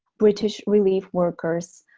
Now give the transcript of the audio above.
british relief workers,